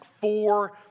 four